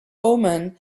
omen